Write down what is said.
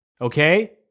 okay